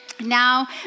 Now